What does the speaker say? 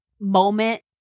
moment